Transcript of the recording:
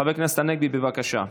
חבר הכנסת הנגבי, בבקשה.